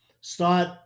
start